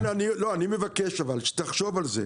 אני מבקש אבל שתחשוב על זה,